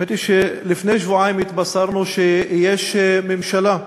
האמת היא שלפני שבועיים התבשרנו שיש ממשלה,